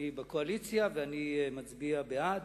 אני בקואליציה ואני מצביע בעד.